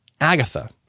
Agatha